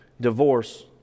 divorce